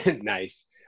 nice